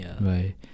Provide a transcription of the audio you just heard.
Right